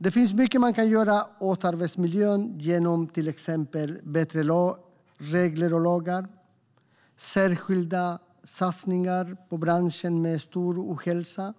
Det finns mycket man kan göra åt arbetsmiljön genom till exempel bättre regler och lagar, särskilda satsningar på branscher med stor ohälsa